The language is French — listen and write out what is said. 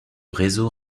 réseau